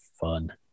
fun